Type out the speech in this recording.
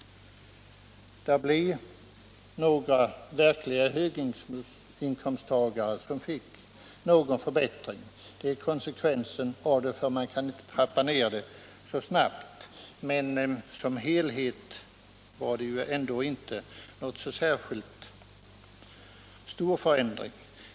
Några verkliga höginkomsttagare fick en viss förbättring. Det är konsekvensen av att man inte kan trappa ned det så snabbt. Såsom helhet var det ändå inte en så särskilt stor förändring.